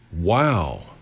wow